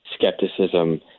skepticism